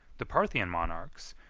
the parthian monarchs,